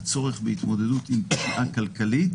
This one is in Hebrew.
הצורך בהתמודדות עם פגיעה כלכלית.